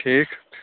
ٹھیٖک